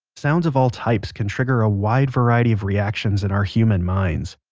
sounds of all types can trigger a wide variety of reactions in our human minds.